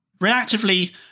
Reactively